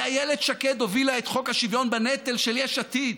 ואיילת שקד הובילה את חוק השוויון בנטל של יש עתיד